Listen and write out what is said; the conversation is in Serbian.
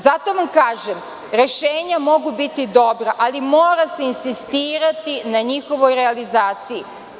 Zato vam kažem, rešenja mogu biti dobra, ali mora se insistirati na njihovoj realizaciji.